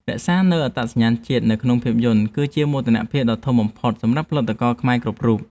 រក្សានូវអត្តសញ្ញាណជាតិនៅក្នុងភាពយន្តគឺជាមោទនភាពដ៏ធំបំផុតសម្រាប់ផលិតករខ្មែរគ្រប់រូប។